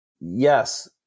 Yes